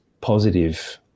positive